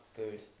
good